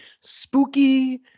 spooky